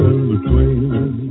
In-Between